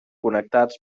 connectats